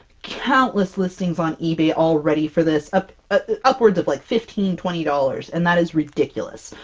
countless listings on ebay already for this up upwards of like fifteen, twenty dollars, and that is ridiculous!